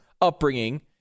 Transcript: upbringing